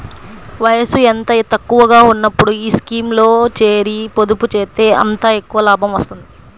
వయసు ఎంత తక్కువగా ఉన్నప్పుడు ఈ స్కీమ్లో చేరి, పొదుపు చేస్తే అంత ఎక్కువ లాభం వస్తుంది